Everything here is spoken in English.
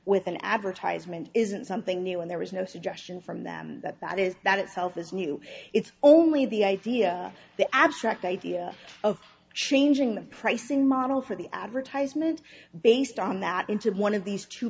with an advertisement isn't something new and there is no suggestion from them that that is that itself is new it's only the idea the abstract idea of changing the pricing model for the advertisement based on that into one of these two